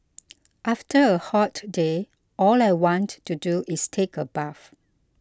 after a hot day all I want to do is take a bath